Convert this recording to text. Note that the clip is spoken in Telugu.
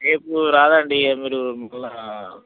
రేపు రాదండి ఇక మీరు ఒకేలా